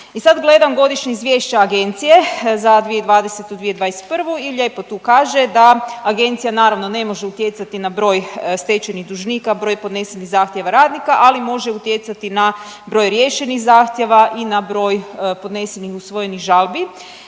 i sad gledam godišnje izvješće Agencije za 2020./2021. i lijepo tu kaže da Agencija naravno, ne može utjecati na broj stečajnih dužnika, broj podnesenih zahtjeva radnika, ali može utjecati na broj riješenih zahtjeva i na broj podnesenih usvojih žalbi.